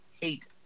hate